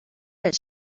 that